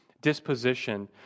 disposition